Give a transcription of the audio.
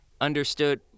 understood